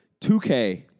2K